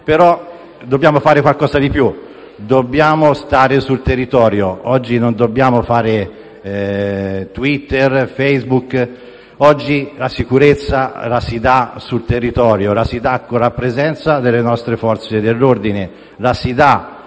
ma dobbiamo fare qualcosa di più. Dobbiamo stare sul territorio. Oggi non dobbiamo stare su Twitter o su Facebook. Oggi la sicurezza la si dà sul territorio, la si dà con la presenza delle nostre Forze dell'ordine, la si dà